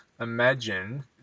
imagine